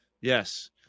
Yes